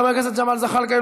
חבר הכנסת ג'מאל זחאלקה,